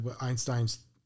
Einstein's